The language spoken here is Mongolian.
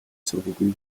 цөөнгүй